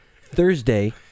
Thursday